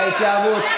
את ההתלהמות.